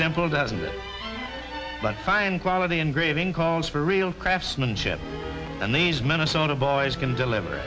but fine quality engraving calls for real craftsmanship and these minnesota boys can deliver